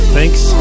Thanks